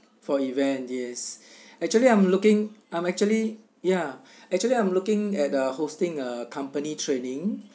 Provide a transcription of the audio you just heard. for event yes actually I'm looking I'm actually ya actually I'm looking at the hosting a company training